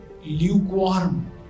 lukewarm